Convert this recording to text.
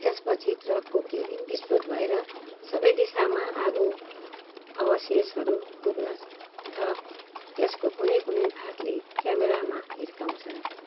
त्यसपछि ट्रकको केबिन विस्फोट भएर सबै दिशामा आगो अवशेषहरू पुग्न र त्यसको कुनै कुनै भागले क्यामेरामा हिर्काउँछ